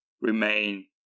remain